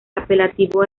apelativo